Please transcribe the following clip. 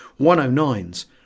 109s